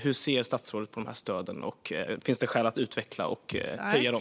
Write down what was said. Hur ser statsrådet på dessa stöd, och finns det skäl att utveckla och höja dem?